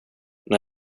när